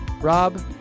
Rob